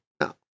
No